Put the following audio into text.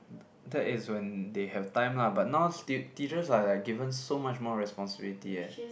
that is when they have time lah but now t~ teachers are like given so much more responsibility eh